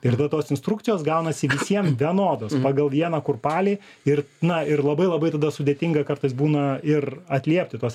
ir tada tos instrukcijos gaunasi visiem vienodos pagal vieną kurpalį ir na ir labai labai tada sudėtinga kartais būna ir atliepti tuos